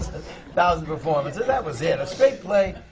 thousand performances. that was it. a straight play,